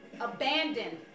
abandoned